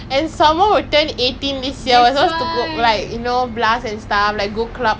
actually now ya can can